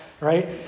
right